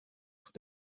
tout